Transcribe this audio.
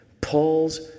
Paul's